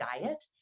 diet